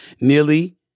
nearly